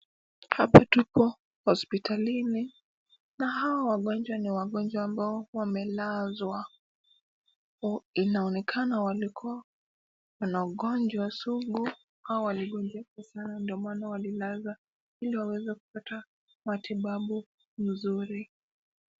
Hapa tupo hospitalini na hawa wagonjwa ni wagonjwa ambao wamelazwa. Inaonekana walikuwa na ugonjwa sugu au waligonjeka sana ndio maana walilazwa ili waweze kupata matibabu mzuri.